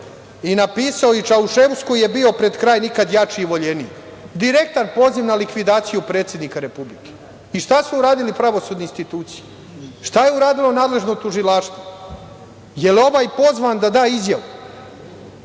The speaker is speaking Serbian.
i napisao je i Čaušesku je bio pred kraj nikad jači i voljeniji. Direktan poziv na likvidaciju predsednika Republike.I, šta su uradili pravosudne institucije? Šta je uradilo nadležno tužilaštvo? Jel ovaj pozvan da izjavu?